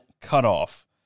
cutoff